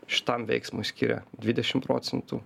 šitam veiksmui skiria dvidešim procentų